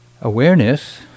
Awareness